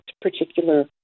particular